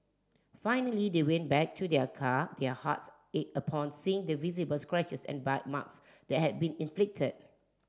finally they went back to their car their hearts in upon seeing the visible scratches and bite marks that had been inflicted